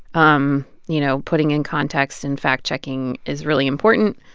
um you know, putting in context and fact-checking is really important.